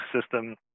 system